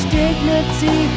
dignity